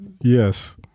Yes